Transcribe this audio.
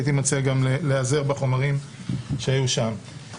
הייתי מציע גם להיעזר בחומרים שהיו שם.